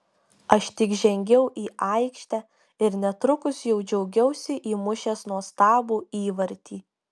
aš tik žengiau į aikštę ir netrukus jau džiaugiausi įmušęs nuostabų įvartį